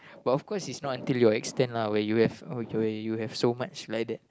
but of course is not until your extent lah where you have you have so much like that